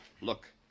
Look